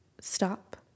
stop